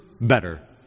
better